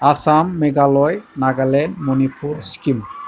Assam Meghalaya Nagaland Manipur Sikkim